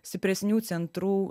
stipresnių centrų